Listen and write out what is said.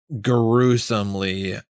gruesomely